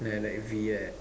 ya like V right